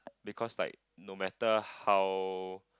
because like no matter how